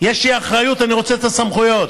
יש לי אחריות, אני רוצה את הסמכויות.